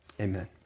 Amen